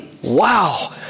Wow